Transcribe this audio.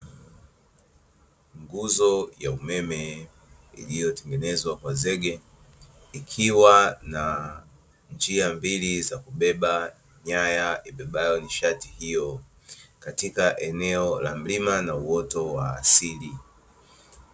Nguzo ya umeme iliyotengenezwa kwa zege ikiwa na njia mbili za kubeba nyaya za umeme ikiwa kwenye mlima na uoto wa asili